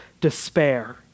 despair